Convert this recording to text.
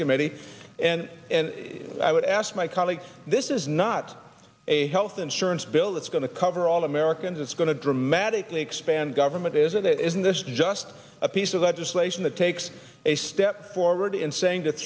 committee and i would ask my colleagues this is not a health insurance bill that's going to cover all americans it's going to dramatically expand government isn't it isn't this just a piece of legislation that takes a step forward in saying t